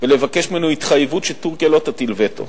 ולבקש ממנו התחייבות שטורקיה לא תטיל וטו,